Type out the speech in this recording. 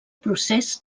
procés